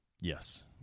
Yes